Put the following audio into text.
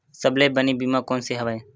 सबले बने बीमा कोन से हवय?